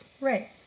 Right